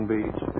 Beach